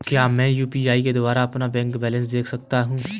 क्या मैं यू.पी.आई के द्वारा अपना बैंक बैलेंस देख सकता हूँ?